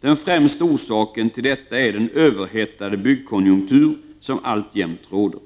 Den främsta orsaken till detta är den överhettade byggkonjunktur som alltjämt råder.